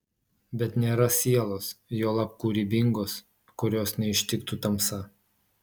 bet nėra sielos juolab kūrybingos kurios neištiktų tamsa